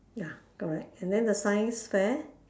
ya correct and then the science fair